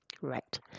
Right